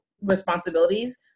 responsibilities